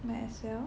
might as well